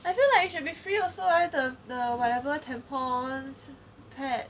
I feel like it should be free also the the whatever tampons pads